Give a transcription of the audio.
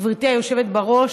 גברתי היושבת בראש.